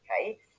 okay